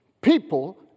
People